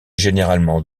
généralement